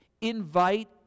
invite